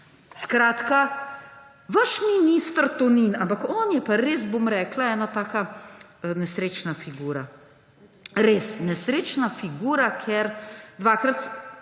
smrt. Vaš minister Tonin, ampak on je pa res, bom rekla, ena taka nesrečna figura. Res nesrečna figura, ker dvakrat